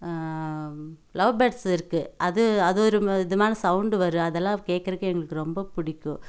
love birds இருக்குது அது அது ஒரு ம இதமான சவுண்டு வரும் அதலாம் கேட்கறக்கே எங்களுக்கு ரொம்ப பிடிக்கும்